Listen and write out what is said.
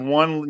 one